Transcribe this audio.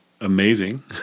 amazing